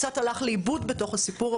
קצת הלך לאיבוד בתוך הסיפור.